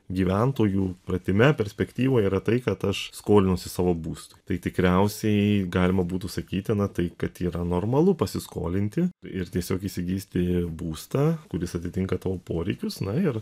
gyventojų pratime perspektyvoj yra tai kad aš skolinuosi savo būstui tai tikriausiai galima būtų sakyti na tai kad yra normalu pasiskolinti ir tiesiog įsigyti būstą kuris atitinka tavo poreikius na ir